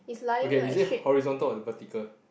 okay is it horizontal or vertical